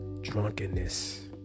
drunkenness